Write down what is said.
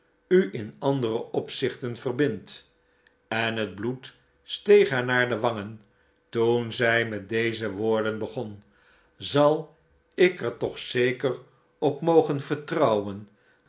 u in andere opzichten verbindt en het bloed steeg haar naar de wangen toen zij met deze woorden begon zal ik er toch zeker op mogen vertrouwen